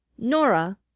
norah,